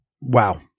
Wow